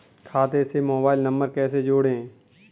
खाते से mobile number कैसे जोड़ें?